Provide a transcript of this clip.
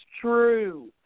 true